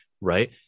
right